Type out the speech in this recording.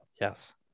Yes